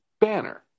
Banner